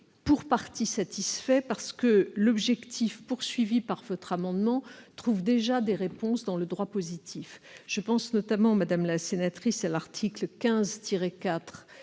Pour partie satisfait, parce que l'objectif que vous poursuivez au travers de votre amendement trouve déjà des réponses dans le droit positif. Je pense notamment, madame la sénatrice, à l'article 15-4